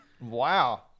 Wow